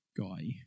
guy